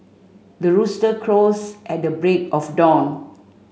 the rooster crows at the break of dawn